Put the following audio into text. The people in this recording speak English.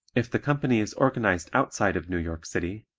if the company is organized outside of new york city,